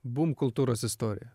bum kultūros istorija